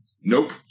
Nope